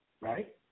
right